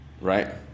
Right